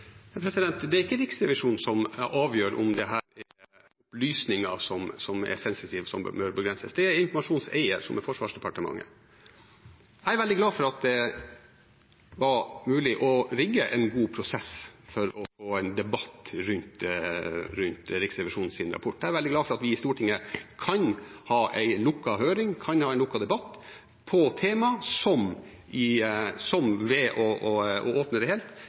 Det er ikke Riksrevisjonen som avgjør om dette er opplysninger som er sensitive, som bør begrenses – det er informasjonseier, som er Forsvarsdepartementet. Jeg er veldig glad for at det var mulig å rigge en god prosess for å få en debatt rundt Riksrevisjonens rapport. Jeg er veldig glad for at vi i Stortinget kan ha en lukket høring, kan ha en lukket debatt, om tema som ved å åpne det helt